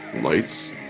lights